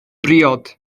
briod